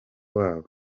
wabo